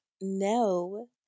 no